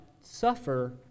suffer